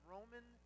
Roman